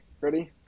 ready